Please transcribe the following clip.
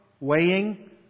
weighing